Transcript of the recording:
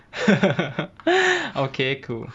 okay cool